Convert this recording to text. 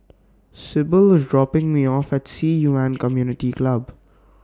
Syble IS dropping Me off At Ci Yuan Community Club